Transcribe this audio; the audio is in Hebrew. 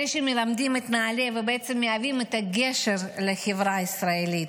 אלה שמלמדים את נעל"ה ובעצם מהווים את הגשר לחברה הישראלית.